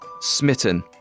Smitten